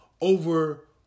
over